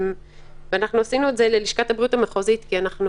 אנחנו עשינו את זה ללשכת הבריאות המחוזית כי אנחנו,